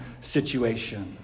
situation